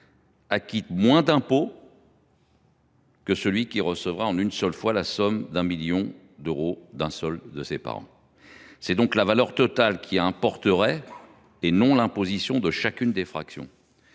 acquitte moins d’impôts que celui qui recevra en une seule fois la somme d’un million d’euros de ses parents ! Avec notre proposition, c’est la valeur totale qui importerait et non l’imposition de chacune des fractions.